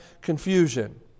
confusion